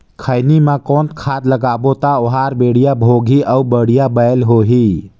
खैनी मा कौन खाद लगाबो ता ओहार बेडिया भोगही अउ बढ़िया बैल होही?